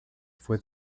fue